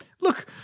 Look